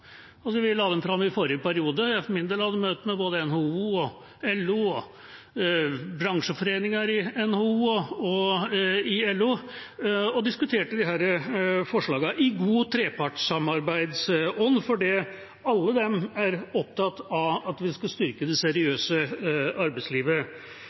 Vi la dem fram i forrige periode. Jeg, for min del, hadde møte med både NHO, LO og bransjeforeninger i NHO og LO og diskuterte disse forslagene – i god trepartssamarbeidsånd, for alle disse er opptatt av at vi skal styrke det